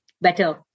better